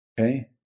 okay